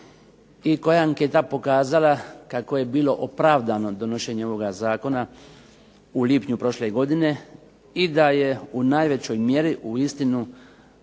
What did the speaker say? i koja je anketa pokazala kako je bilo opravdano donošenje ovoga zakona u lipnju prošle godine i da je u najvećoj mjeri uistinu